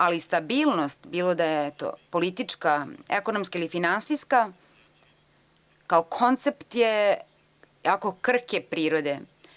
Ali, stabilnost bilo da je politička, ekonomska ili finansijska kao koncept je jako krhke prirode.